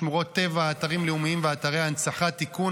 שמורות טבע אתרים לאומיים ואתרי הנצחה (תיקון,